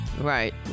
Right